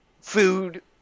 Food